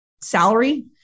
salary